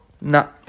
No